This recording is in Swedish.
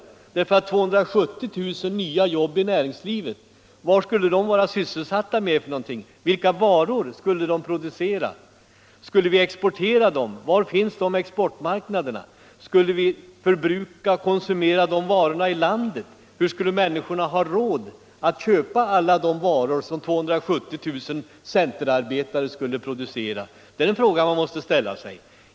Vad skulle dessa 270 000 nya människor i näringslivet vara sysselsatta med? Vilka varor skulle de producera? Skulle vi exportera, och var finns i så fall dessa exportmarknader? Skulle vi förbruka de producerade varorna inom landet? Hur skulle i så fall människorna ha råd att köpa alla de varor som centerns 270 000 arbetare producerade? Det är sådana frågor man måste ställa sig.